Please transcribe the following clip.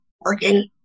working